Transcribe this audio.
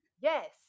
Yes